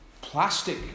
plastic